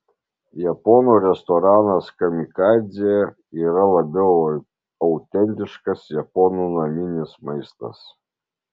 japonų restoranas kamikadzė yra labiau autentiškas japonų naminis maistas